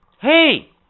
Hey